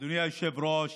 אדוני היושב-ראש,